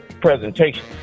presentation